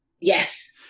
Yes